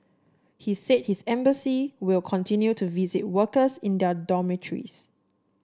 he said his embassy will continue to visit workers in their dormitories